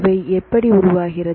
இவை எப்படி உருவாகிறது